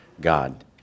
God